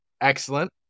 Excellent